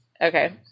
Okay